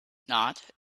not